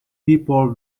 people